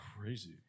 Crazy